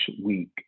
week